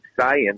science